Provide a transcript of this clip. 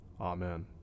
Amen